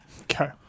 okay